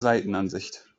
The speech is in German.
seitenansicht